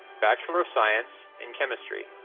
bachelor of science in chemistry.